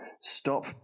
stop